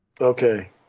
okay